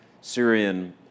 Syrian